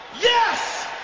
yes